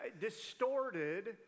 distorted